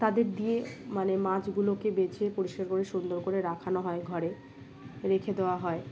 তাদের দিয়ে মানে মাছগুলোকে বেচে পরিষ্কার করে সুন্দর করে রাখানো হয় ঘরে রেখে দেওয়া হয়